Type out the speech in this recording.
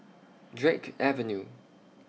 Drake Avenue